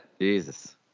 Jesus